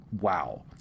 Wow